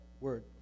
word